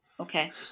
Okay